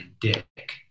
dick